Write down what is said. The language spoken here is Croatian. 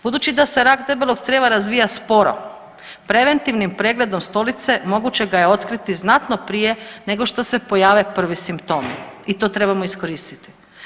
Budući da se rak debelog crijeva razvija sporo, preventivnim pregledom stolice moguće ga je otkriti znatno prije nego što se pojave prvi simptomi i to trebamo iskoristiti.